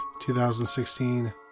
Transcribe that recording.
2016